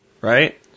right